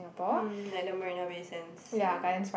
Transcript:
um like the Marina-Bay-Sands and